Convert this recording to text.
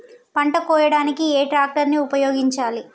పంట కోయడానికి ఏ ట్రాక్టర్ ని ఉపయోగించాలి?